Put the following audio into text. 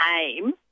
aim